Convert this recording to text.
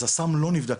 אז הסם לא נבדק,